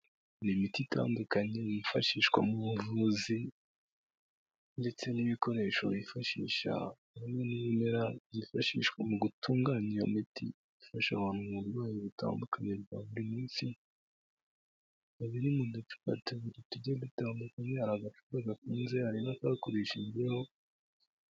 Ni imiti itandukanye bifashishwa mu buvuzi ndetse n'ibikoresho bifashisha ndetse n'ibimera byifashishwa mu gutunganya iyo miti ifasha abantu mu burwayi butandukanye bwa buri munsi, bikaba biri mu ducupa tugiye dutandukanye, hari agacupa gafunze hari n'akakoreshejweho.